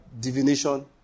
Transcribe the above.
divination